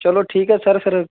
ਚਲੋ ਠੀਕ ਹੈ ਸਰ ਫਿਰ